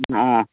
অ'